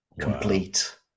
complete